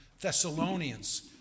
Thessalonians